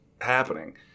happening